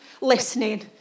listening